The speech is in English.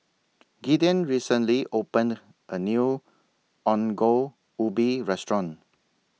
Gideon recently opened A New Ongol Ubi Restaurant